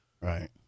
right